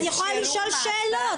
אני יכולה לשאול שאלות.